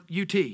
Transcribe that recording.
UT